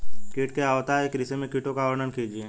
कीट क्या होता है कृषि में कीटों का वर्णन कीजिए?